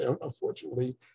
unfortunately